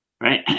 Right